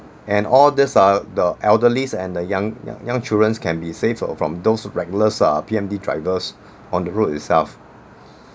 and all this are the elderlies and the young young childrens can be safer from those reckless uh P_M_D drivers on the road itself